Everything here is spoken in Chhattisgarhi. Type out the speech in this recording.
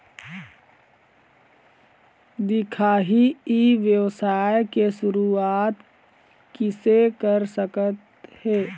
दिखाही ई व्यवसाय के शुरुआत किसे कर सकत हे?